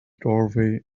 doorway